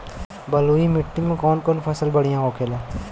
बलुई मिट्टी में कौन कौन फसल बढ़ियां होखेला?